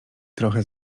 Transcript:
trochę